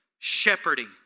Shepherding